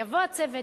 יבוא הצוות,